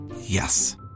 Yes